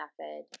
method